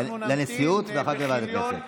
לנשיאות ואחר כך לוועדת הכנסת.